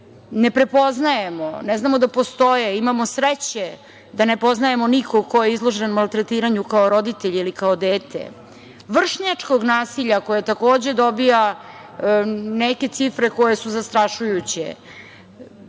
ne prepoznajemo, ne znamo da postoje, imamo sreće da ne poznajemo nikog ko je izložen maltretiranju kao roditelj ili kao dete, kao i vršnjačkog nasilja koje takođe dobija neke cifre koje su zastrašujuće. Sve